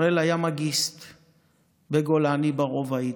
הראל היה מאגיסט בגולני, ברובאית.